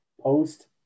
Post